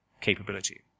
capability